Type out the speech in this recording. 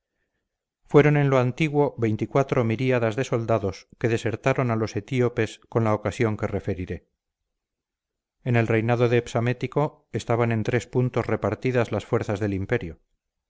fueron en lo antiguo veinticuatro miríadas de soldados que desertaron a los etíopes con la ocasión que referiré en el reinado de psamético estaban en tres puntos repartidas las fuerzas del imperio